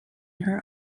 her